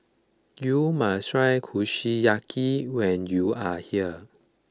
you must try Kushiyaki when you are here